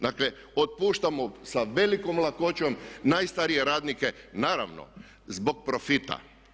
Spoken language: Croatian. Dakle, otpuštamo sa velikom lakoćom najstarije radnike, naravno zbog profita.